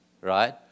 right